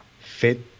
fit